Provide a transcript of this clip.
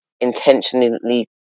intentionally